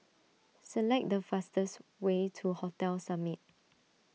select the fastest way to Hotel Summit